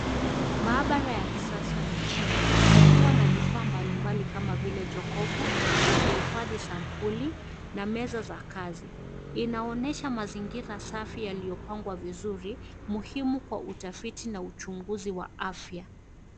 Maabara ya kisasa nchini ikiwa na vifaa mbalimbali kama vile jokofu za kuhifadhi sampuli na meza za kazi. Inaonyesha mazingira safi iliyopangwa vizuri muhimu kwa utafiti na uchunguzi wa afya.